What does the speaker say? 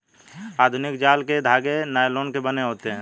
आधुनिक जाल के धागे नायलोन के बने होते हैं